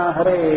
Hare